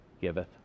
giveth